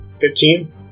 Fifteen